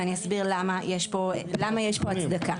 ואני אסביר למה יש פה, למה יש פה הצדקה.